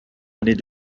année